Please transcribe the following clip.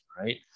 right